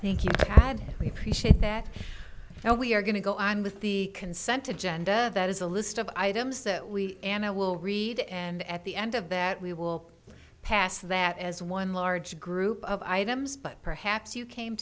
thank you and we appreciate that now we are going to go on with the consent agenda that is a list of items that we and i will read and at the end of that we will pass that as one large group of items but perhaps you came